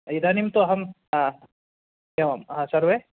इदानीं तु अहं एवं हा सर्वम्